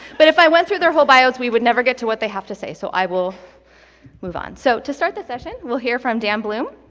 but if i went through their whole bios, we would never get to what they have to say, so i will move on. so to start the session, we'll hear from dan bloom.